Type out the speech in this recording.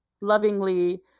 lovingly